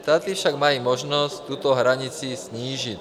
Státy však mají možnost tuto hranici snížit.